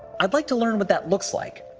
i'd like to learn what that looks like.